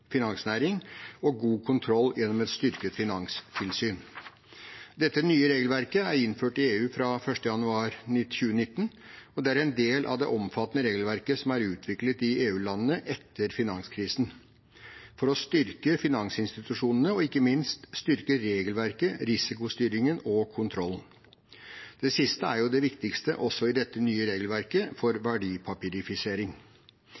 finansnæring og god kontroll gjennom et styrket finanstilsyn. Dette nye regelverket er innført i EU fra 1. januar 2019. Det er en del av det omfattende regelverket som er utviklet i EU-landene etter finanskrisen for å styrke finansinstitusjonene, og ikke minst styrke regelverket, risikostyringen og kontrollen. Det siste er jo det viktigste også i dette nye regelverket for